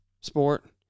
sport